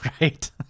right